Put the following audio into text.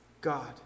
God